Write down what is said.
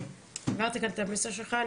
העברת כאן את המסר שלך.